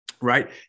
right